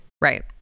Right